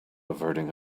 averting